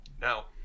Now